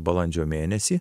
balandžio mėnesį